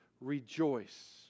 rejoice